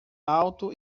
alto